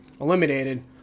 eliminated